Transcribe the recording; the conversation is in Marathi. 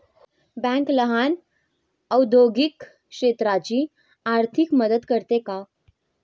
बँक लहान औद्योगिक क्षेत्राची आर्थिक मदत करते का?